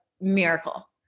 miracle